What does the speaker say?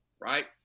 right